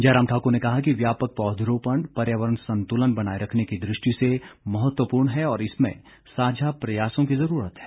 जयराम ठाकुर ने कहा कि व्यापक पौधरोपण पर्यावरण संतुलन बनाए रखने की दृष्टि से महत्वपूर्ण है और इसमें साझा प्रयासों की ज़रूरत है